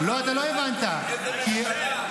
לא הבנתי, איזו ממשלה?